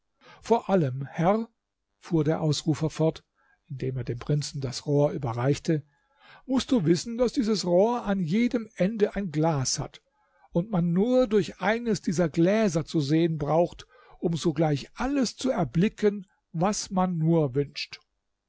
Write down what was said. vor allem herr fuhr der ausrufer fort indem er dem prinzen das rohr überreichte mußt du wissen daß dieses rohr an jedem ende ein glas hat und man nur durch eines dieser gläser zu sehen braucht um sogleich alles zu erblicken was man nur wünscht